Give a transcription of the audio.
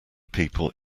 people